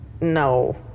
No